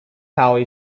power